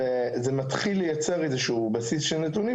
וזה מתחיל לייצר איזה שהוא בסיס של נתונים,